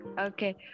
Okay